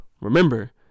remember